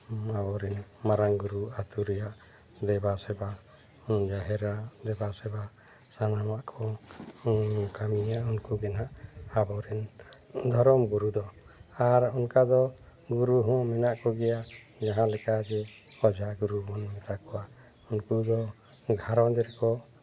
ᱟᱵᱚᱨᱮᱱ ᱢᱟᱨᱟᱝ ᱜᱩᱨᱩ ᱟᱛᱳ ᱨᱮᱭᱟᱜ ᱫᱮᱵᱟ ᱥᱮᱵᱟ ᱡᱟᱦᱮᱨᱟ ᱫᱮᱵᱟ ᱥᱮᱵᱟ ᱥᱟᱱᱟᱢᱟᱜ ᱠᱚ ᱠᱟᱹᱢᱤᱭᱟ ᱩᱱᱠᱩ ᱜᱮ ᱦᱟᱸᱜ ᱟᱵᱚᱨᱤᱱ ᱫᱷᱚᱨᱚᱢ ᱜᱩᱨᱩ ᱫᱚ ᱟᱨ ᱚᱱᱠᱟ ᱫᱚ ᱜᱩᱨᱩ ᱦᱚᱸ ᱢᱮᱱᱟᱜ ᱠᱚᱜᱮᱭᱟ ᱡᱟᱦᱟᱸ ᱞᱮᱠᱟᱜᱮ ᱚᱡᱷᱟ ᱜᱩᱨᱩ ᱵᱚᱱ ᱢᱮᱛᱟ ᱠᱚᱣᱟ ᱩᱱᱠᱩ ᱫᱚ ᱜᱷᱟᱨᱚᱸᱡᱽ ᱨᱮᱠᱚ